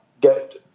get